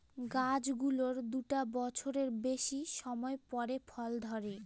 গাছ গুলোর দুটা বছরের বেশি সময় পরে ফল ধরে